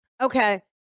Okay